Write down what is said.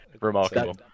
Remarkable